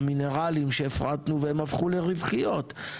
מינרלים שהפרטנו והם הפכו לרווחיות.